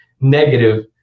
negative